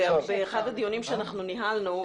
באחד הדיונים שניהלנו,